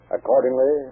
Accordingly